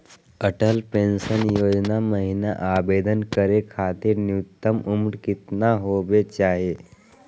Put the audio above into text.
Atal pension योजना महिना आवेदन करै खातिर न्युनतम उम्र केतना होवे चाही?